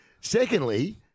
Secondly